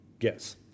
Yes